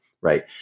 right